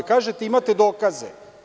Kažete da imate dokaze.